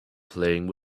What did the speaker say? playing